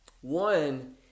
One